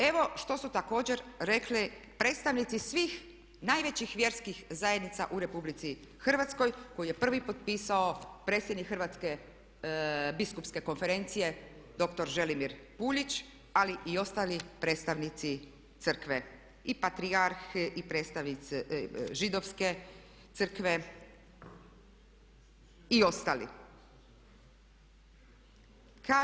Evo što su također rekli predstavnici svih najvećih vjerskih zajednica u RH koji je prvi potpisao predsjednik Hrvatske biskupske konferencije dr. Želimir Puljić ali i ostali predstavnici Crkve i patrijarh i predstavnici Židovske crkve i ostali.